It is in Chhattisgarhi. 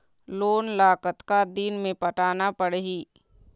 लोन ला कतका दिन मे पटाना पड़ही?